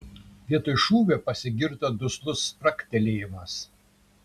vietoj šūvio pasigirdo duslus spragtelėjimas